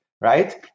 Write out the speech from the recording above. right